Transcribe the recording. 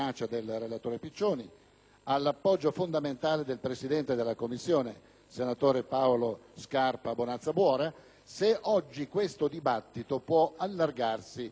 all'appoggio fondamentale del presidente della Commissione, senatore Scarpa Bonazza Buora, se il dibattito odierno può allargarsi ad una visione che non è